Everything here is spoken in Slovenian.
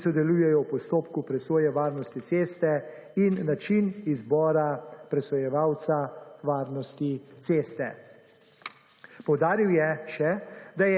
ki sodelujejo v postopku presoje varnosti ceste in način izbora presojevalca varnosti ceste. Poudaril je še,